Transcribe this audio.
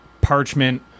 parchment